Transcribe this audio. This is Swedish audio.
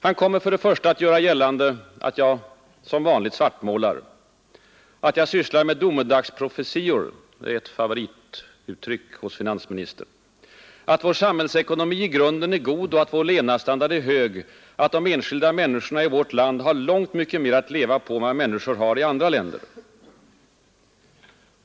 Han kommer att göra gällande att jag som vanligt svartmålar, att jag sysslar med domedagsprofetior — ett favorituttryck hos finansministern — att vår samhällsekonomi i grunden är god och att vår levnadsstandard är hög, att de enskilda människorna i vårt land har långt mycket mera att leva på än vad människor har i andra länder.